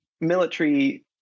military